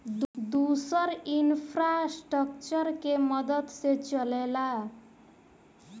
दुसर इन्फ़्रास्ट्रकचर के मदद से चलेला